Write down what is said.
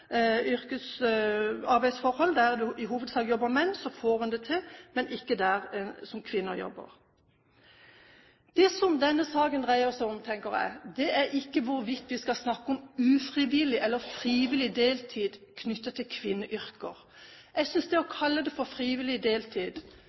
hovedsak jobber menn. Der får en det til. Men ikke der kvinner jobber. Det denne saken dreier seg om, tenker jeg, er ikke hvorvidt vi skal snakke om ufrivillig eller frivillig deltid knyttet til kvinneyrker. Jeg synes det å